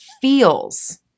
feels